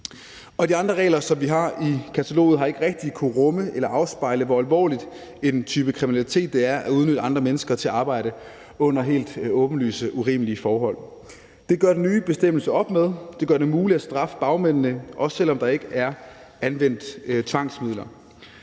De andre regler, som vi har i kataloget, har ikke rigtig kunnet rumme eller afspejle, hvor alvorlig en type kriminalitet det er at udnytte andre mennesker til arbejde under helt åbenlyst urimelige forhold. Det gør den nye bestemmelse op med. Det gør det muligt at straffe bagmændene, også selv om der ikke er anvendt tvangsmidler.